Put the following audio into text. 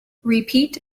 repeat